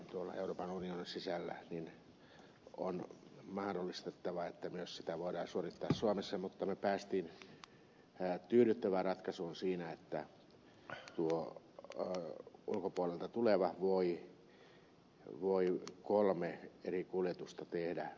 tuolla euroopan unionin sisällä on mahdollistettava että myös sitä voidaan suorittaa suomessa mutta me pääsimme tyydyttävään ratkaisuun siinä että tuo ulkopuolelta tuleva voi kolme eri kuljetusta tehdä